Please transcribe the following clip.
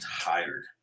tired